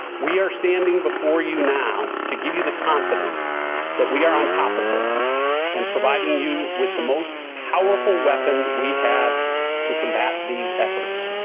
we are standing before you now to give you the confidence that we are on top of this and providing you with the most powerful weapon we have to combat these efforts,